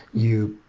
you